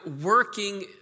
working